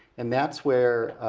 and that's where